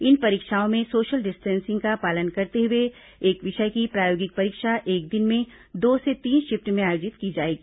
इन परीक्षाओं में social distancing का पालन करते हुए एक विषय की प्रायोगिक परीक्षा एक दिन में दो से तीन शिफ्ट में आयोजित की जाएगी